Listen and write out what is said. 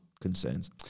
concerns